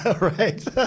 Right